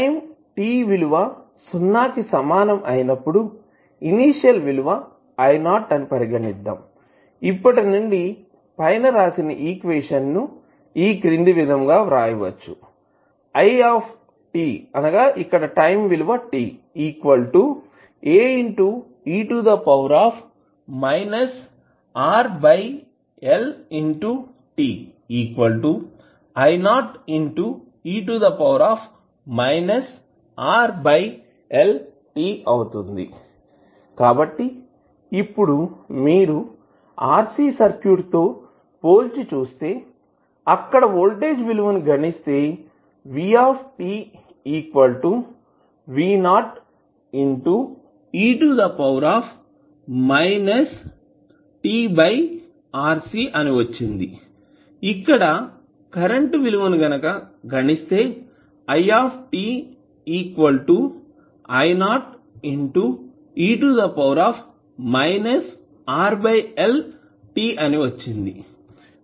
time t విలువ సున్నా కి సమానం అయినప్పుడు ఇనీషియల్ విలువ IO అని పరిగణిద్దాం ఇప్పటినుండి పైన రాసిన ఈక్వేషన్ ని ఈ క్రింది విధంగా వ్రాయవచ్చు కాబట్టి ఇప్పుడు మీరు RC సర్క్యూట్ తో పోల్చి చూస్తే అక్కడ వోల్టేజ్ విలువ ని గణిస్తే అని వచ్చింది ఇక్కడ కరెంటు విలువ గణిస్తే అని వచ్చింది